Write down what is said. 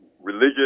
religious